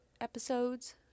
episodes